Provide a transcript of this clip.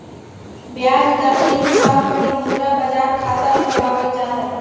ब्याज दर के हिसाब पर ही मुद्रा बाजार खाता खुलवावल जा हय